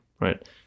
right